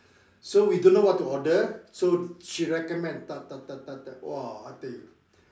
so we don't know what to order so she recommend !wah! I tell you